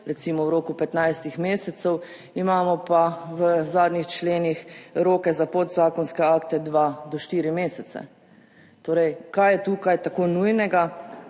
recimo v roku 15. mesecev, imamo pa v zadnjih členih roke za podzakonske akte dva do štiri mesece. Torej, kaj je tukaj tako nujnega?